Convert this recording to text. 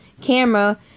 camera